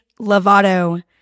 lovato